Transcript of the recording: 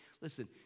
listen